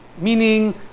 Meaning